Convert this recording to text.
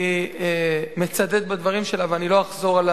אני מצדד בדברים שלה ואני לא אחזור על